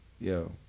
Yo